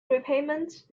repayments